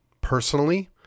personally